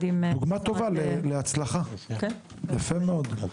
דוגמה טובה להצלחה, יפה מאוד.